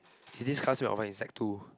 there is this classmate of mine in sec two